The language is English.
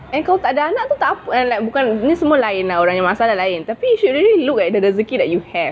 and kalau tak ada anak tu tak apa and like ni semua lain orang punya masalah lain tapi you should really look at the rezeki that you have